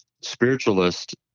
spiritualist